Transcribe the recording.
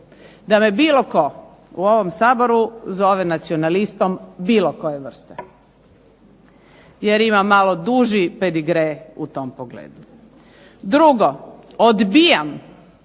da me bilo tko u ovom Saboru zove nacionalistom bilo koje vrste, jer imam malo duži pedigre u tom pogledu. Drugo, odbijam